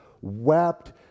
wept